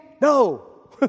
No